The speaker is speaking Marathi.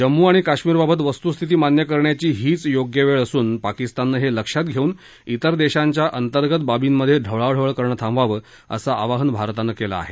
जम्मू कश्मीरबाबत वस्तुस्थिती मान्य करण्याची हीच योग्य वेळ असून पाकिस्ताननं हे लक्षात घेऊन तिर देशांच्या अंतर्गत बाबींमधे ढवळाढवळ करणं थांबवावं असं आवाहन भारतानं केलं आहे